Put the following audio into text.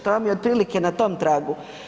To vam je otprilike na tom tragu.